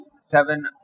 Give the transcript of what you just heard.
seven